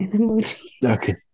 Okay